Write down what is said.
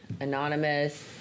Anonymous